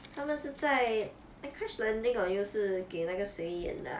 他们是在 eh crash landing on you 是给那个谁演的 ah